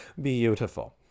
Beautiful